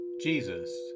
Jesus